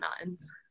mountains